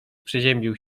przeziębił